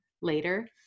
later